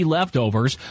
Leftovers